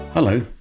Hello